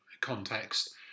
context